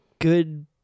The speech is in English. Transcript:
good